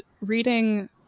reading